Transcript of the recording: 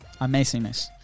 Amazingness